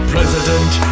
President